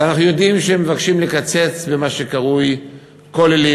אנחנו יודעים שמבקשים לקצץ במה שקרוי כוללים,